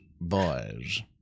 boys